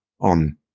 on